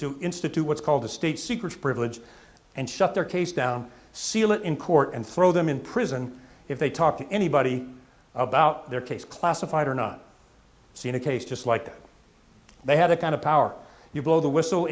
to institute what's called the state secrets privilege and shut their case down seal it in court and throw them in prison if they talk to anybody about their case classified or not seen a case just like they have the kind of power you blow the whistle